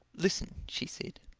listen, she said,